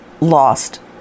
lost